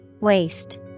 Waste